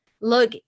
look